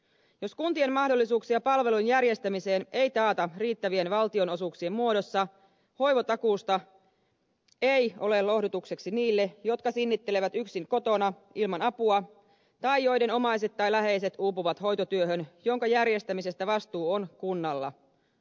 jos kuntien mahdollisuuksia palvelun järjestämiseen ei taata riittävien valtionosuuksien muodossa hoivatakuusta ei ole lohdutukseksi niille jotka sinnittelevät yksin kotona ilman apua tai joiden omaiset tai läheiset uupuvat hoitotyöhön jonka järjestämisestä vastuu on kunnalla